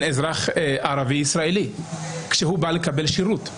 אזרח ערבי ישראלי כשהוא בא לקבל שירות,